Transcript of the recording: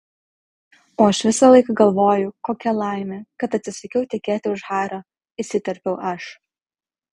o aš visą laiką galvoju kokia laimė kad atsisakiau tekėti už hario įsiterpiau aš